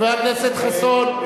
חבר הכנסת חסון.